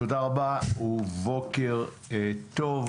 תודה רבה ובוקר טוב.